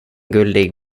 guldig